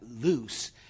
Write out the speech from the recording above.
loose